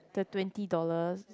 the twenty dollars